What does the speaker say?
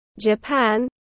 Japan